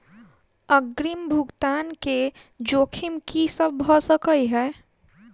अग्रिम भुगतान केँ जोखिम की सब भऽ सकै हय?